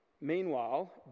Meanwhile